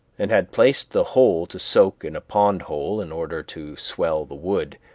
and had placed the whole to soak in a pond-hole in order to swell the wood,